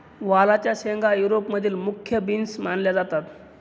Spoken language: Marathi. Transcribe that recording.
वालाच्या शेंगा युरोप मधील मुख्य बीन्स मानल्या जातात